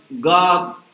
God